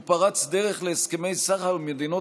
הוא פרץ דרך להסכמי סחר עם מדינות